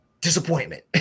disappointment